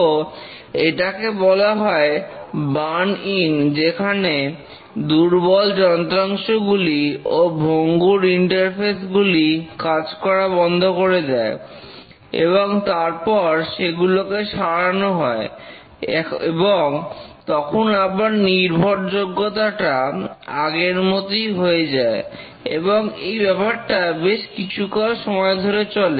তো এটাকে বলা হয় বার্ন ইন যেখানে দুর্বল যন্ত্রাংশগুলি ও ভঙ্গুর ইন্টারফেস গুলি কাজ করা বন্ধ করে দেয় এবং তারপর সেগুলোকে সারানো হয় এবং তখন আবার নির্ভরযোগ্যতাটা আগের মতই হয়ে যায় এবং এই ব্যাপারটা বেশ কিছুকাল সময় ধরে চলে